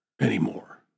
anymore